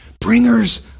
bringers